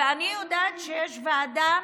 ואני יודעת שיש ועדה